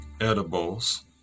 edibles